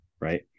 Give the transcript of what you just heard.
right